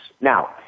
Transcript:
Now